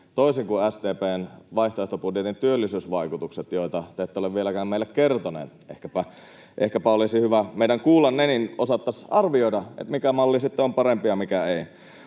toisin kuin SDP:n vaihtoehtobudjetin työllisyysvaikutukset, joita te ette ole vieläkään meille kertoneet. Ehkäpä olisi hyvä meidän kuulla ne, niin osattaisiin arvioida, mikä malli sitten on parempi ja mikä ei.